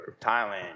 Thailand